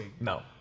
No